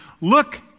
look